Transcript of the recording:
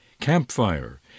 Campfire